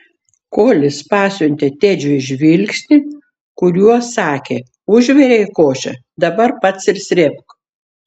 kolis pasiuntė tedžiui žvilgsnį kuriuo sakė užvirei košę dabar pats ir srėbk